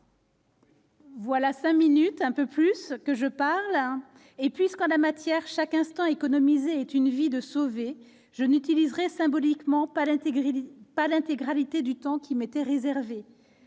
de cinq minutes que je parle. Puisque, en la matière, chaque instant économisé est une vie sauvée, je n'utiliserai symboliquement pas l'intégralité du temps qui m'était réservé.